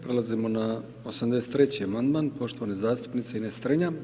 Prelazimo na 83. amandman poštovane zastupnice Ines Strenja.